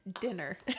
Dinner